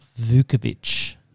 Vukovic